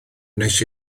wnes